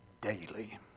daily